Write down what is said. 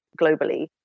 globally